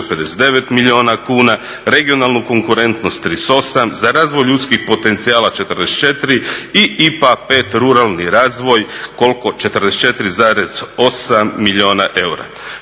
59 milijuna kuna, regionalnu konkurentnost 38, za razvoj ljudskih potencijala 44 i IPA 5 ruralni razvoj koliko 44,8 milijuna eura.